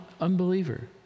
unbeliever